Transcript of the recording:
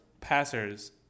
passers